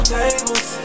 tables